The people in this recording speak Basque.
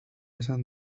esan